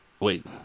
Wait